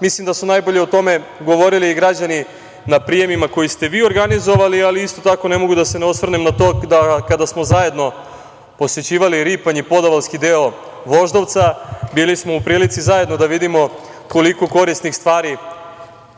mislim da su najbolje o tome govorili građani na prijemima koje ste vi organizovali. Isto tako, ne mogu da se ne osvrnem na to da kada smo zajedno posećivali Ripanj i podavalski deo Voždovca bili smo u prilici zajedno da vidimo koliko korisnih stvari